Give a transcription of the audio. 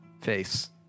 face